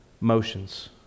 motions